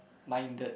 minded